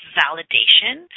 validation